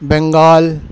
Bengal